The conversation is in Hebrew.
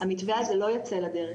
המתווה הזה לא ייצא לדרך,